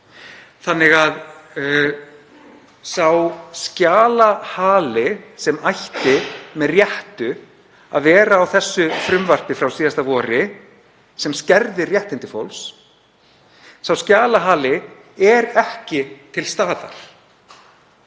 Þannig að sá skjalahali, sem ætti með réttu að vera á þessu frumvarpi frá síðasta vori sem skerðir réttindi fólks, er ekki til staðar.